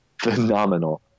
phenomenal